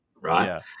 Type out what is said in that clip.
Right